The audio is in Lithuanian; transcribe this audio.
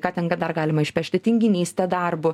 ką ten dar galima išpešti tinginyste darbu